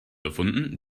erfunden